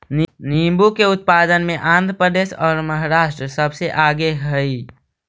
नींबू के उत्पादन में आंध्र प्रदेश और महाराष्ट्र सबसे आगे हई